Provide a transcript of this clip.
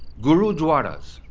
gurudwaras?